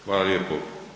Hvala lijepo.